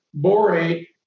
borate